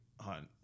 hunt